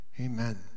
Amen